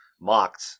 mocked